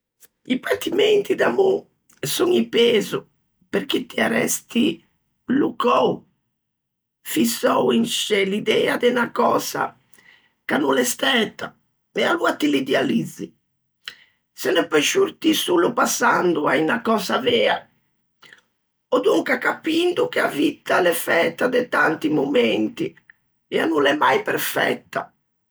I patimenti d'amô son i pezo, perché ti arresti bloccou, fissou in sce l'idea de unna cösa ch'a no l'é stæta, e aloa ti l'idealizzi. Se ne peu sciortî solo passando à unna cösa vea, ò donca capindo che a vitta a l'é fæta de tanti momenti, e a no l'é mai perfetta.